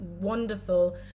wonderful